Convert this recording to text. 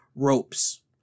Ropes